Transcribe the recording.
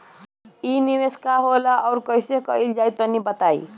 इ निवेस का होला अउर कइसे कइल जाई तनि बताईं?